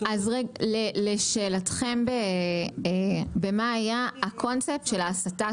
לשאלתכם, מה היה הקונספט של ההסטה